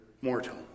mortal